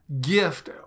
gift